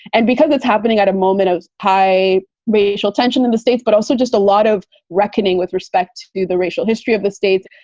and because because it's happening at a moment of high racial tension in the states, but also just a lot of reckoning with respect to the racial history of the states,